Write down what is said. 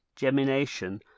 Gemination